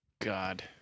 God